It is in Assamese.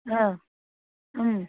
অঁ